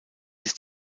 ist